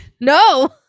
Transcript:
No